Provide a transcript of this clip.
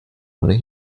ohne